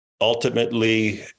ultimately